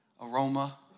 Aroma